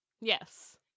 Yes